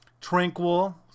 tranquil